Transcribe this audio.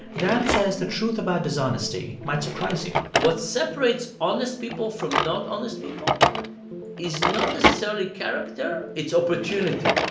dan says the truth about dishonesty might surprise you what separates honest people from not honest people is not necessarily character. it's opportunity